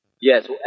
Yes